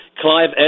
clive